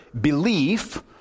belief